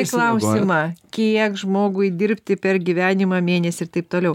į klausimą kiek žmogui dirbti per gyvenimą mėnesį ir taip toliau